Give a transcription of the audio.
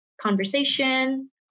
conversation